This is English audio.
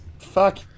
Fuck